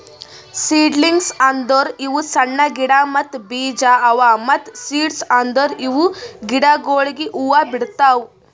seedlings ಅಂದುರ್ ಇವು ಸಣ್ಣ ಗಿಡ ಮತ್ತ್ ಬೀಜ ಅವಾ ಮತ್ತ ಸೀಡ್ಸ್ ಅಂದುರ್ ಇವು ಗಿಡಗೊಳಾಗಿ ಹೂ ಬಿಡ್ತಾವ್